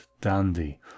Dandy